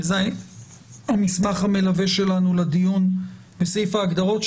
זה המסמך המלווה שלנו לדיון בסעיף ההגדרות.